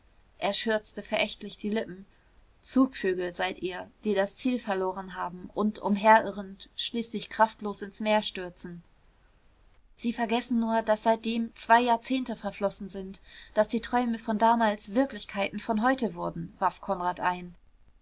er schürzte verächtlich die lippen zugvögel seid ihr die das ziel verloren haben und umherirrend schließlich kraftlos ins meer stürzen sie vergessen nur daß seitdem zwei jahrzehnte verflossen sind daß die träume von damals wirklichkeiten von heute wurden warf konrad ein